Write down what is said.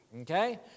okay